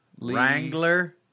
Wrangler